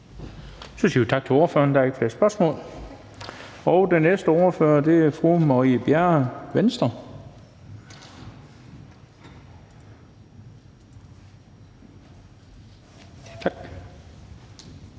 Så siger vi tak til ordføreren. Der er ikke flere spørgsmål. Vi går videre til den næste ordfører, der er fru Marie Bjerre, Venstre. Kl.